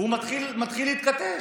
והוא מתחיל להתכתש.